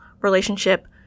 relationship